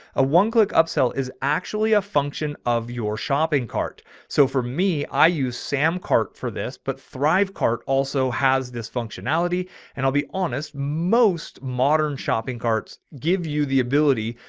a one click upsell is actually a function of your shopping cart. so for me, i use sam cart for this, but thrive cart also has this functionality and i'll be honest, most modern shopping carts give you the ability.